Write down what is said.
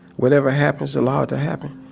whatever happens, allow it to happen.